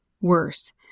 worse